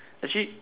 actually